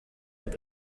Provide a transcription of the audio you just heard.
app